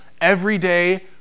everyday